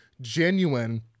genuine